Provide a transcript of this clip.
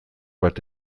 bat